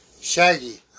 Shaggy